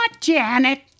Janet